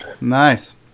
Nice